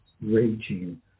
raging